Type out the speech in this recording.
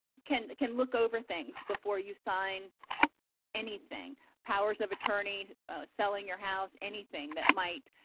can can look over things before you sign anything powers of attorney selling your house anything that might